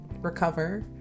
Recover